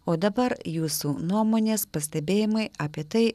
o dabar jūsų nuomonės pastebėjimai apie tai